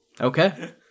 Okay